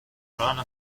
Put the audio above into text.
colonna